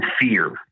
fear